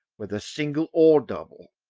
whether single or double.